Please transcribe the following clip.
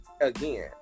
again